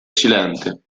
silente